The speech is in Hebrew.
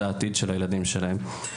זה העתיד של הילדים שלהם.